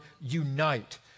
unite